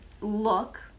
look